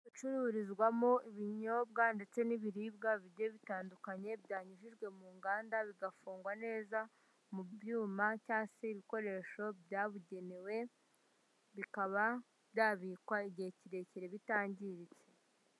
Icururizwamo ibinyobwa ndetse n'ibiribwa bigiye bitandukanye, byanyujijwe mu nganda bigafungwa neza mu byuma cyangwa se ibikoresho byabugenewe bikaba byabikwa igihe kirekire bitangiritse.